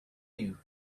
you